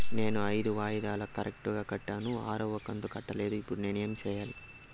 నేను ఐదు వాయిదాలు కరెక్టు గా కట్టాను, ఆరవ కంతు కట్టలేదు, ఇప్పుడు నేను ఏమి సెయ్యాలి?